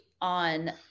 on